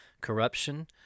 corruption